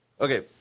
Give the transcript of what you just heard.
okay